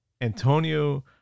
Antonio